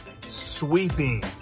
Sweeping